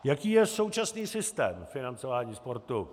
Jaký je současný systém financování sportu?